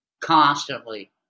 constantly